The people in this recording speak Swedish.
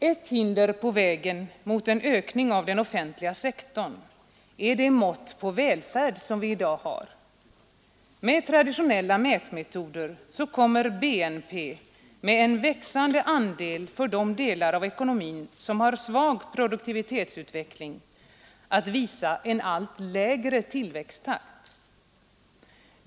Ett hinder på vägen mot en ökning av den offentliga sektorn är de mått på välfärd som vi i dag har. Med traditionella mätmetoder kommer BNP, med en växande andel för de delar av ekonomin som har svag produktivitetsutveckling, att visa en allt lägre tillväxttakt.